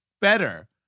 better